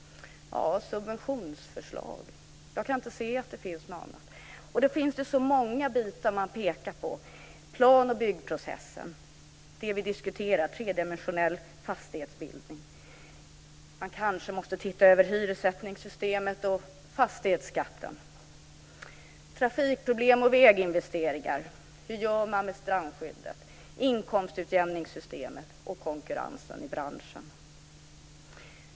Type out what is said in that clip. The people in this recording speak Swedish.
Jag kan inte se annat än att det rör sig om subventionsförslag. Men det finns så mycket annat som man kan göra: förändra plan och byggprocessen, införa tredimensionell fastighetsbildning, se över hyressättningssystemet och fastighetsskatten, investera i vägar för att komma till rätta med trafikproblemen, se över strandskyddet, inskomstutjämningssystemet och konkurrensen i branschen.